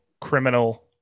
criminal